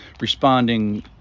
responding